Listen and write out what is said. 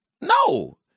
no